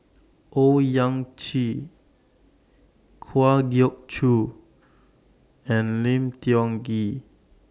Owyang Chi Kwa Geok Choo and Lim Tiong Ghee